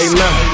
Amen